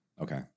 Okay